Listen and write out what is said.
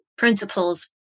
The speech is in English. principles